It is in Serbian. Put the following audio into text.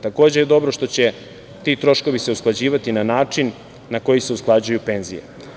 Takođe je dobro što će se ti troškovi usklađivati na način na koji se usklađuju penzije.